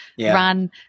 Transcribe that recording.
run